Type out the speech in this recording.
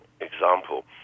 example